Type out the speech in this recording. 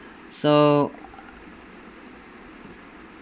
so